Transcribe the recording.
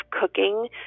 cooking